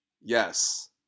Yes